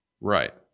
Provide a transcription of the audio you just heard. Right